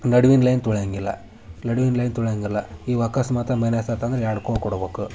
ನಡುವಿನ ಲೈನ್ ತುಳ್ಯೊಂಗಿಲ್ಲ ನಡುವಿನ ಲೈನ್ ತುಳ್ಯಂಗಿಲ್ಲ ಈ ಅಕಸ್ಮಾತ ಮೈನಸಾತಂದರೆ ಎರಡು ಖೋನ ಕೊಡ್ಬೇಕು